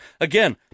Again